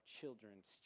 children's